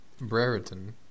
Brereton